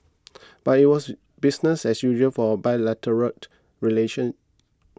but it was business as usual for bilateral relations